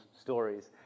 stories